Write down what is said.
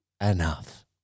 enough